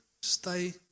stay